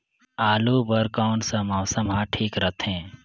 आलू बार कौन सा मौसम ह ठीक रथे?